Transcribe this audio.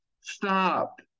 stop